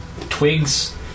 twigs